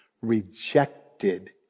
rejected